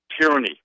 tyranny